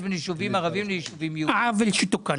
עוול שתוקן